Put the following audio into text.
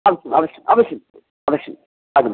अवश्यम् अवश्यम् अवश्यम् अवश्यम् आगन्तु